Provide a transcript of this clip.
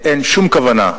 אין שום כוונה,